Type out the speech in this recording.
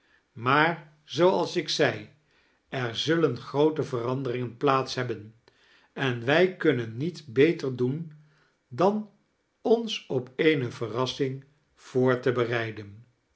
maar zooals ik zei er zullen groote veranderingen plaats hebben en wij kunnen niet beter doen dan ons op eene veirassing voor te bereiden